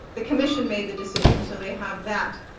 the commission made the decision so they have that.